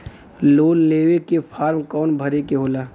Loan लेवे के form कौन भरे के होला?